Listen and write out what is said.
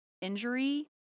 injury